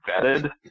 vetted